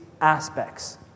aspects